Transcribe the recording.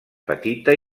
petita